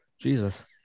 Jesus